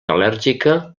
al·lèrgica